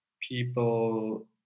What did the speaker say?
people